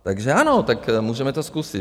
Takže ano, tak můžeme to zkusit.